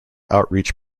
outreach